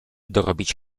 dorobić